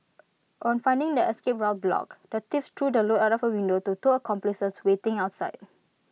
on finding their escape route blocked the thieves threw the loot out of A window to two accomplices waiting outside